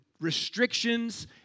restrictions